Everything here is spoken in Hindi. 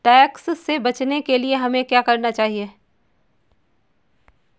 टैक्स से बचने के लिए हमें क्या करना चाहिए?